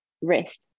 wrist